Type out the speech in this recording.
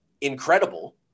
incredible